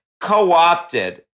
co-opted